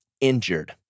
injured